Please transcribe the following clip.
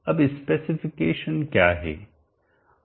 अब स्पेसिफिकेशनSpecification विनिर्देश क्या है